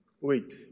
Wait